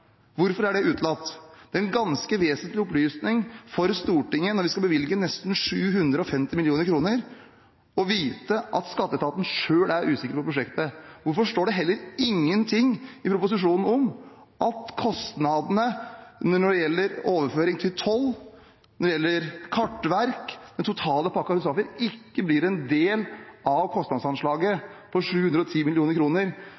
Hvorfor er det utelatt? Det er en ganske vesentlig opplysning for Stortinget når vi skal bevilge nesten 750 mill. kr, å vite at skatteetaten selv er usikker på prosjektet. Hvorfor står det heller ingenting i proposisjonen om at kostnadene når det gjelder overføring til toll, når det gjelder kartverk, den totale pakken, hovedsakelig ikke blir en del av kostnadsanslaget på 710